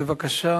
בבקשה.